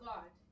God